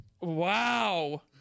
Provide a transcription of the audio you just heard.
Wow